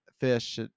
fish